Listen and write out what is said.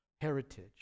heritage